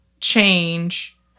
change